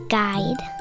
guide